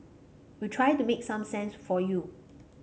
we try to make some sense for you